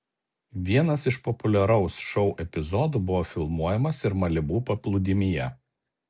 vienas iš populiaraus šou epizodų buvo filmuojamas ir malibu paplūdimyje